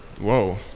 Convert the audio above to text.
Whoa